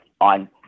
on